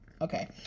Okay